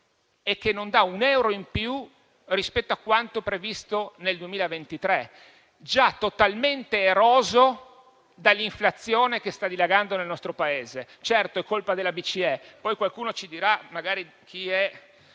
e che non dà un euro in più rispetto a quanto previsto nel 2023, già totalmente eroso dall'inflazione che sta dilagando nel nostro Paese. Certo, è colpa della BCE, ma poi qualcuno magari ci dirà